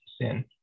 sin